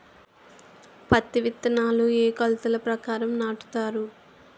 పత్తి విత్తనాలు ఏ ఏ కొలతల ప్రకారం నాటుతారు?